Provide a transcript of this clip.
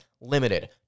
limited